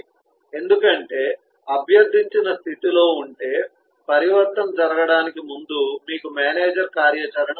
ఎందుకంటే అభ్యర్థించిన స్థితిలో ఉంటే పరివర్తన జరగడానికి ముందు మీకు మేనేజర్ కార్యాచరణ ఉంటుంది